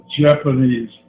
Japanese